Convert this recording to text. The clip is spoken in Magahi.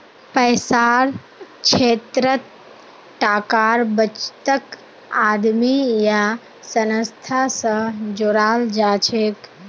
पैसार क्षेत्रत टाकार बचतक आदमी या संस्था स जोड़ाल जाछेक